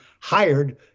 hired